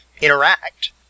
interact